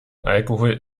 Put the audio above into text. alkohol